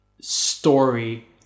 story